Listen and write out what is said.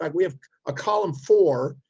like we have a column four,